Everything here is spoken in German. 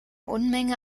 unmenge